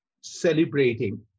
celebrating